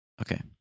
Okay